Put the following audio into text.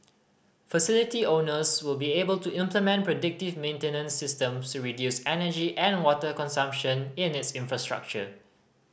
facility owners will be able to implement predictive maintenance system so reduce energy and water consumption in its infrastructure